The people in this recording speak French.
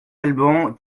alban